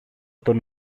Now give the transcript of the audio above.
τον